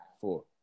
four